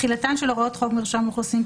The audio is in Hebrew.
תחילתן של הוראות חוק מרשם האוכלוסין,